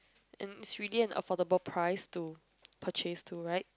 and it's really an affordable price to purchase to right